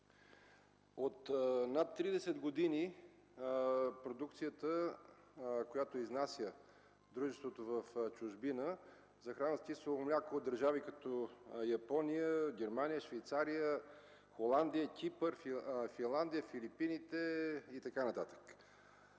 От над 30 години продукцията, която изнася дружеството в чужбина, захранва с кисело мляко държави като Япония, Германия, Швейцария, Холандия, Кипър, Финландия, Филипините и така